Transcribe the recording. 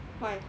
why